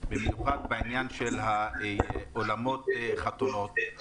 במיוחד בעניין של אולמות חתונה.